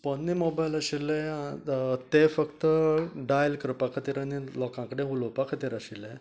पोन्ने mobile आशिल्ले तें फक्त डायल करपा खातीर आनी लोकां कडेन उलोवपा खातीर आशिल्ले